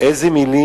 איזה מלים